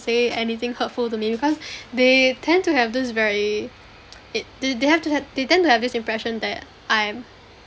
say anything hurtful to me because they tend to have this very it did they have to have they tend to have this impression that I am